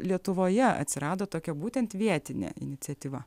lietuvoje atsirado tokia būtent vietinė iniciatyva